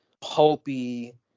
pulpy